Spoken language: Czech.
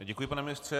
Děkuji, pane ministře.